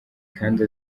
kandi